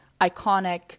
iconic